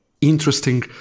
interesting